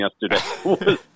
yesterday